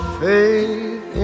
faith